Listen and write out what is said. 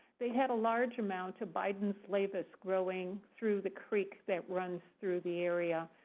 they had a large amount of bidens laevis growing through the creek that runs through the area.